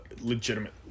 legitimate